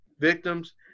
victims